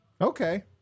Okay